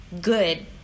good